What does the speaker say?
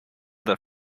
that